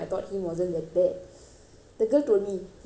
the girl told me he like thomas and friends all so